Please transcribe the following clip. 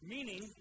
Meaning